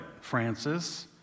Francis